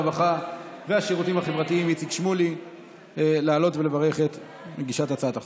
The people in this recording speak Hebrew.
הרווחה והשירותים החברתיים איציק שמולי לעלות ולברך את מגישת הצעת החוק.